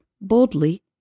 boldly